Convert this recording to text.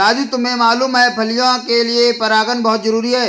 राजू तुम्हें मालूम है फलियां के लिए परागन बहुत जरूरी है